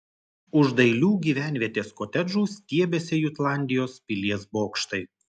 už dailių gyvenvietės kotedžų stiebėsi jutlandijos pilies bokštai